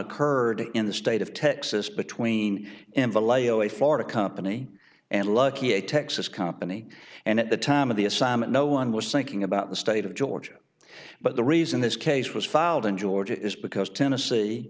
occurred in the state of texas between in vallejo a florida company and lucky a texas company and at the time of the assignment no one was thinking about the state of georgia but the reason this case was filed in georgia is because tennessee